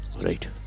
Right